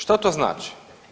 Što to znači?